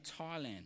Thailand